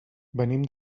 venim